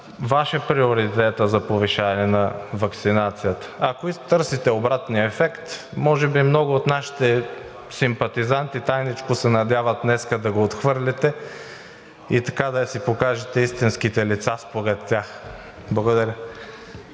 Ваш е приоритетът за повишаване на ваксинацията. Ако търсите обратния ефект, може би много от нашите симпатизанти тайничко се надяват днес да го отхвърлите и така да си покажете истинските лица според тях. Благодаря.